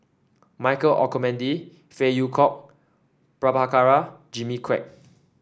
Michael Olcomendy Phey Yew Kok Prabhakara Jimmy Quek